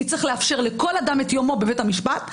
כי צריך לאפשר לכל אדם את יומו בבית המשפט.